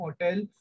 hotel